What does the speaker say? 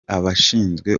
abashinzwe